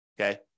okay